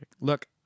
Look